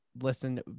Listen